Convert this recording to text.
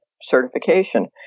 certification